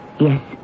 Yes